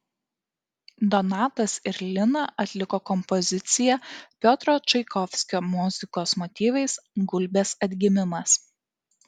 donatas ir lina atliko kompoziciją piotro čaikovskio muzikos motyvais gulbės atgimimas